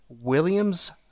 Williams